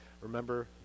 Remember